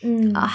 mm